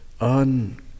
on